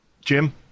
Jim